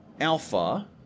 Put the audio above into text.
Alpha